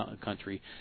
country